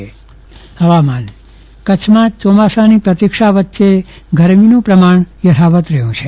કુલ્પના શાહ હવામાન કચ્છના ચોમાસાની પ્રતિક્ષા વચ્ચે ગરમીનું પ્રમાણ યથાવત રહ્યું છે